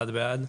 הצבעה בעד,